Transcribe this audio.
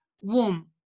warm